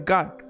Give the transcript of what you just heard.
God